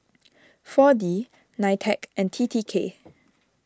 four D Nitec and T T K